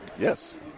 yes